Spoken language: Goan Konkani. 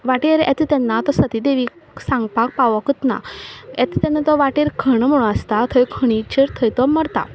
वाटेर येता तेन्ना तो सतीदेवीक सांगपाक पावकूच ना येता तेन्ना तो वाटेर खण म्हूण आसता थंय खणीचेर थंय तो मरता